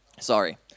Sorry